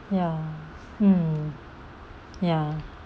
ya mm ya